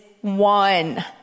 one